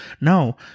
No